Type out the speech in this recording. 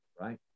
right